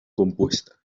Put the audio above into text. compuesta